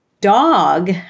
dog